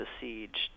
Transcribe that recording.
besieged